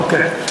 אוקיי.